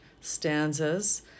stanzas